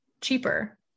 cheaper